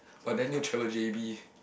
but then need to travel J_B